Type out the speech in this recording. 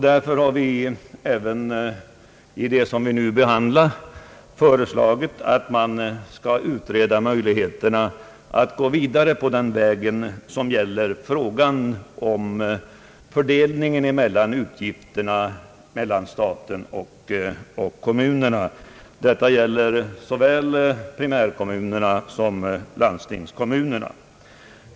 Därför har vi även beträffande den fråga vi nu behandlar föreslagit en utredning om möjligheterna att gå vidare in i frågan om fördelningen av utgifterna mellan stat och kommuner. Detta gäller såväl primärsom landstingskommunerna.